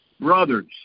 brothers